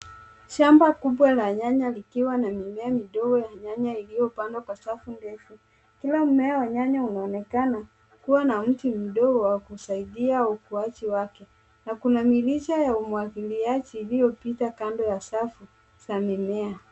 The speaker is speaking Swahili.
Shamba kubwa la nyanya likiwa na mimea midogo ya nyanya iliyopandwa kwa safu ndefu. Kila mmea wa nyanya unaonekana kuwa na mti mdogo wa kusaidia ukuaji wake, na kuna mirija ya umwagiliaji iliyopita kando ya safu za mimea.